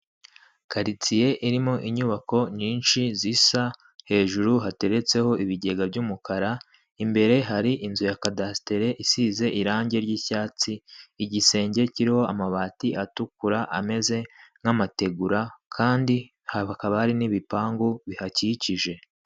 Karitsiye irimo inyubako nyinshi zisa, hejuru hateretseho ibigega by'umukara, imbere har’inzu ya cadastere isize irangi ry’icyatsi, igisenge kiriho amabati atukura ameze nk'amategura kandi habakaba hari n'ibipangu bihakikije.